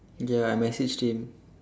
ya I messaged him